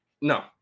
no